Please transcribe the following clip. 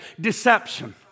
deception